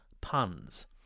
puns